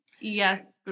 yes